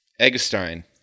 Eggestein